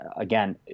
again